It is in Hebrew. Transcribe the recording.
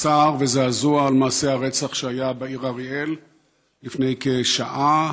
צער וזעזוע על מעשה הרצח שהיה בעיר אריאל לפני כשעה,